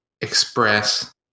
express